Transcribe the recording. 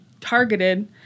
targeted